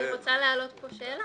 אני רוצה להעלות פה שאלה.